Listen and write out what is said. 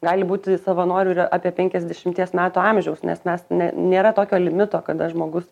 gali būti savanoriu ir apie penkiasdešimties metų amžiaus nes mes ne nėra tokio limito kada žmogus